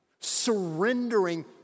surrendering